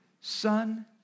son